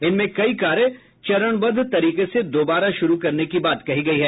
इनमें कई कार्य चरणबद्ध तरीके से दोबारा शुरु करने की बात कही गई है